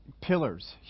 pillars